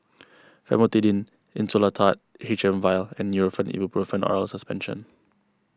Famotidine Insulatard H M Vial and Nurofen Ibuprofen Oral Suspension